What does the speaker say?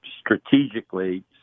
strategically